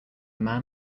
man